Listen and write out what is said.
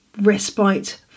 respite